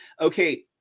Okay